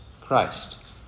Christ